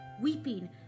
weeping